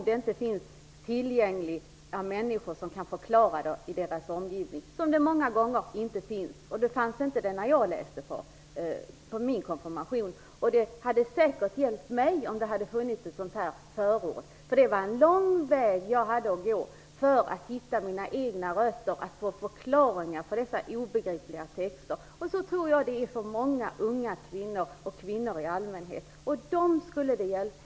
Det finns kanske inga människor i deras omgivning som kan förklara texterna. Det finns det många gånger inte. Det fanns det inte när jag läste inför min konfirmation. Ett förord hade säkert hjälpt mig. Jag hade en lång väg att gå för att hitta mina egna rötter och få förklaringar på dessa obegripliga texter. Så tror jag att det är för många unga kvinnor och för kvinnor i allmänhet. Dem skulle det hjälpa.